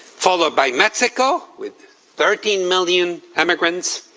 followed by mexico with thirteen million emigrants.